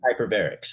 hyperbarics